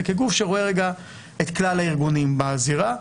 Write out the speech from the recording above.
וכגוף שרואה רגע את כלל הארגונים בזירה,